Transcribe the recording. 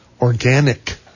organic